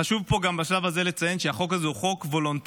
חשוב פה גם בשלב הזה לציין שהחוק הזה הוא חוק וולונטרי,